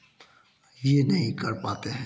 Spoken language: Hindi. यह नहीं कर पाते हैं